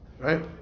Right